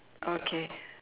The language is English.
okay